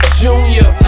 junior